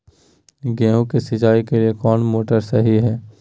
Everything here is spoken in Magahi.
गेंहू के सिंचाई के लिए कौन मोटर शाही हाय?